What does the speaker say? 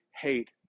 hate